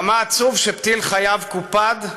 כמה עצוב שפתיל חייו קופד,